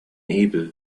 able